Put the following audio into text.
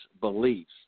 beliefs